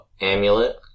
amulet